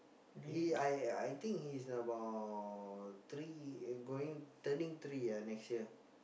he I I think he's about three going turning three ah next year